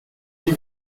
deux